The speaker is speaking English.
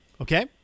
Okay